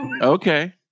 okay